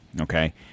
okay